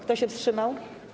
Kto się wstrzymał?